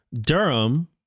Durham